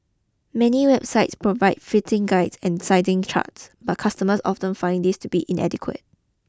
many websites provide fitting guides and sizing charts but customers often find these to be inadequate